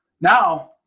Now